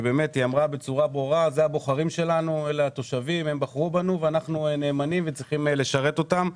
שאמרה בצורה ברורה "אלה הבוחרים שלנו ואנחנו צריכים לשרת אותם".